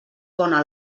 bona